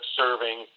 serving